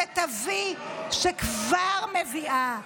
שתביא, שכבר מביאה,